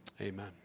amen